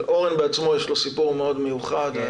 אבל אורן בעצמו יש לו סיפור מאוד מיוחד.